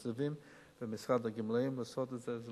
התקציבים במשרד הגמלאים לעשות את זה.